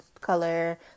color